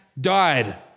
died